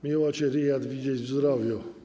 Miło cię, Riad, widzieć w zdrowiu.